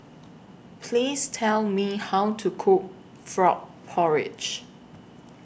Please Tell Me How to Cook Frog Porridge